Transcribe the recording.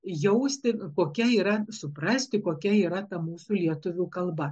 jausti kokia yra suprasti kokia yra ta mūsų lietuvių kalba